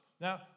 Now